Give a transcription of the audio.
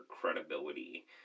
credibility